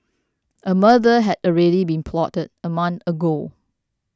a murder had already been plotted a month ago